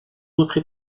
autres